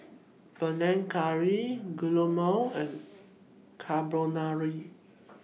Panang Curry Guacamole and Carbonara